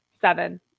seven